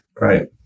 Right